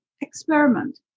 experiment